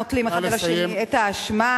מטילים אחד על השני את האשמה,